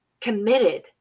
committed